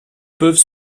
peuvent